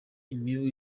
imibu